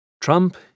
Trump